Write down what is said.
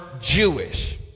Jewish